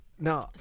no